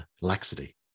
laxity